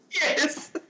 Yes